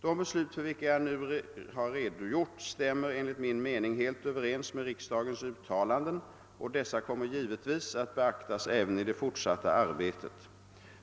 De beslut för vilka jag nu har redogjort stämmer enligt min mening helt överens med riksdagens uttalanden, och dessa kommer givetvis att beaktas även i det fortsatta arbetet.